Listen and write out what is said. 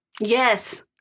Yes